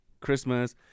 Christmas